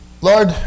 Lord